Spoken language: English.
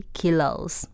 kilos